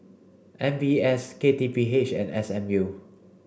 M B S K T P H and S M U